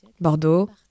Bordeaux